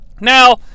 Now